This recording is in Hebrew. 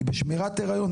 היא בשמירת הריון,